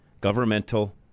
governmental